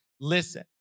listen